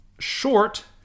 short